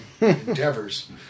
endeavors